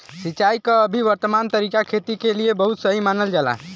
सिंचाई क अभी वर्तमान तरीका खेती क लिए बहुत सही मानल जाला